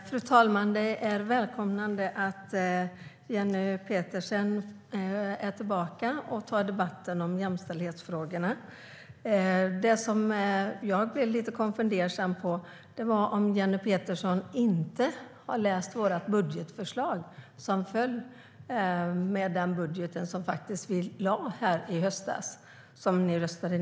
Fru talman! Låt mig välkomna Jenny Petersson tillbaka till riksdagen och jämställdhetsdebatten. Jag blir dock lite konfunderad. Har Jenny Petersson inte läst vårt budgetförslag som ni röstade ned i höstas?